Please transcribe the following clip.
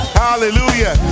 hallelujah